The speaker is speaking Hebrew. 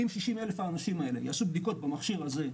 אם 60 אלף האנשים האלה יעשו בדיקות במכשיר הזה,